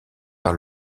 par